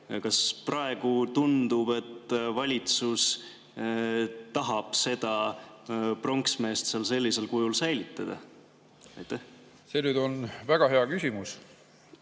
Kas praegu tundub, et valitsus tahab seda pronksmeest seal sellisel kujul säilitada? See on väga hea küsimus,